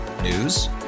News